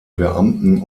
beamten